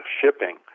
shipping